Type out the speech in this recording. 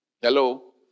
hello